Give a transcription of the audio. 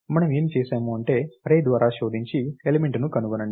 మనము ఏమి చేసాము అంటే అర్రే ద్వారా శోధించి ఎలిమెంట్ ను కనుగొనండి